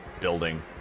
building